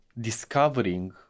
discovering